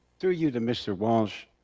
through you to mr. walsh,